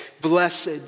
Blessed